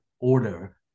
Order